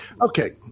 Okay